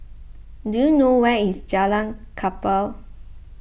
do you know where is Jalan Kapal